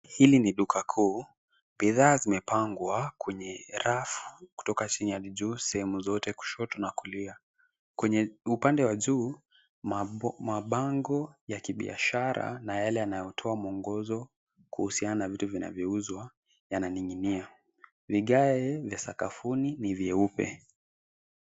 Hili ni duka kuu. Bidhaa zimepangwa kwenye rafu, kutoka chini hadi juu, sehemu zote, kushoto na kulia. Kwenye upande wa juu, mabango ya kibiashara na yale yanayotoa mwongozo, kuhusiana na vitu vinavyouzwa yananing'inia. Vigae vya sakafuni ni vyeupe.